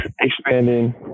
expanding